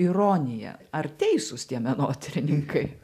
ironiją ar teisūs tie menotyrininkai